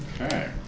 Okay